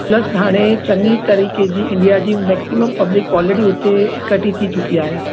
plus हाणे चङी तरीक़े जी इंडिया जी मैक्सीमम पब्लिक ऑलरैडी हुते इकठी थी चुकी आहे